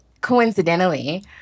coincidentally